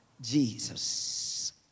Jesus